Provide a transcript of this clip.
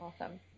Awesome